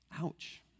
Ouch